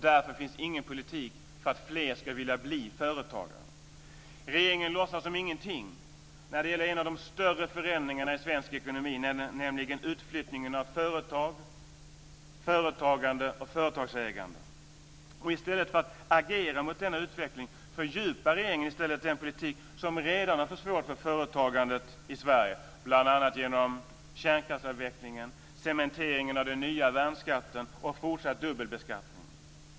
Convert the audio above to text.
Därför finns det ingen politik för att fler ska vilja bli företagare. Regeringen låtsas som ingenting när det gäller en av de större förändringarna i svensk ekonomi, nämligen utflyttningen av företag, företagande och företagsägande. I stället för att agera mot denna utveckling fördjupar regeringen den politik som redan har försvårat för företagandet i Sverige, bl.a. genom kärnkraftsavvecklingen, cementeringen av den nya värnskatten och fortsatt dubbelbeskattning.